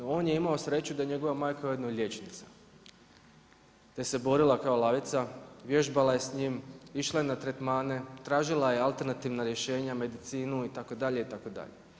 On je imao sreću da je njegova majka ujedno i liječnica te se borila kao lavica, vježbala je s njim, išla je na tretmane, tražila je alternativna rješenja, medicinu itd., itd.